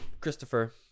Christopher